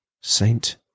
Saint